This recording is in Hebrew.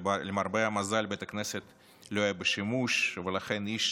למרבה המזל, בית הכנסת לא היה בשימוש, ולכן איש